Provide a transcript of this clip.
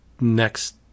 next